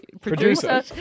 producer